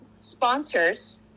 sponsors